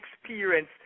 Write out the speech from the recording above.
experience